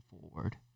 forward